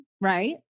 right